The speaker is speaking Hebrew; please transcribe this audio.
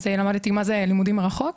אז למדתי מה הם לימודים מרחוק.